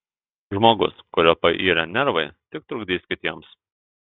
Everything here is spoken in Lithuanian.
žmogus kurio pairę nervai tik trukdys kitiems